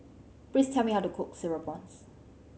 please tell me how to cook Cereal Prawns